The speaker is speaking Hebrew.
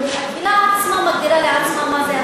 הקהילה עצמה מגדירה לעצמה מה זה,